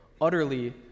utterly